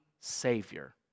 Savior